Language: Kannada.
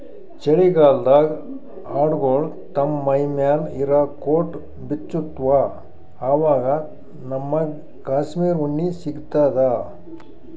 ಚಳಿಗಾಲ್ಡಾಗ್ ಆಡ್ಗೊಳು ತಮ್ಮ್ ಮೈಮ್ಯಾಲ್ ಇರಾ ಕೋಟ್ ಬಿಚ್ಚತ್ತ್ವಆವಾಗ್ ನಮ್ಮಗ್ ಕಾಶ್ಮೀರ್ ಉಣ್ಣಿ ಸಿಗ್ತದ